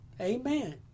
amen